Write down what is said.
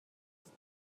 است